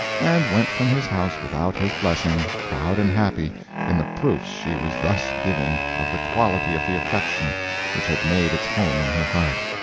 and went from his house without his blessing, proud and happy in the proofs she was thus giving of the quality of the affection which had made its home in her heart.